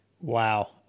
Wow